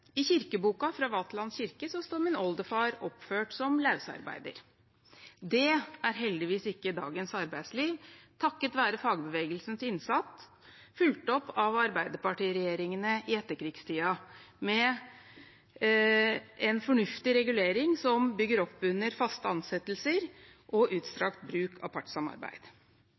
I kirkeboka fra Vaterland kirke står min oldefar oppført som løsarbeider. Det er heldigvis ikke dagens arbeidsliv, takket være fagbevegelsens innsats, fulgt opp av Arbeiderparti-regjeringene i etterkrigstiden med en fornuftig regulering som bygger oppunder faste ansettelser og utstrakt bruk av partssamarbeid.